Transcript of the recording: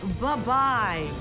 Bye-bye